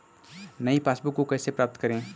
नई पासबुक को कैसे प्राप्त करें?